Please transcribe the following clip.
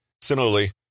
similarly